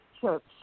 Church